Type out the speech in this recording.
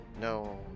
No